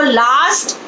last